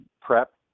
prep